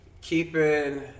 keeping